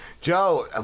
joe